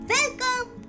Welcome